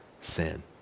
sin